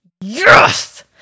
Yes